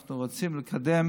אנחנו רוצים לקדם